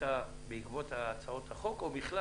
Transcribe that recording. הייתה בעקבות הצעות החוק או בכלל,